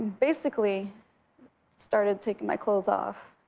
basically started taking my clothes off,